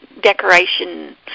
decoration